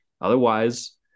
Otherwise